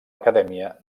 acadèmia